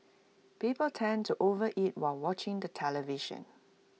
people tend to overeat while watching the television